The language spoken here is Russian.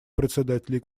председателей